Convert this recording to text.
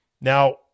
Now